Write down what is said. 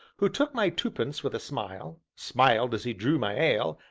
who took my twopence with a smile, smiled as he drew my ale,